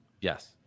Yes